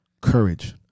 courage